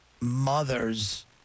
mother's